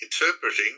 Interpreting